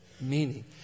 meaning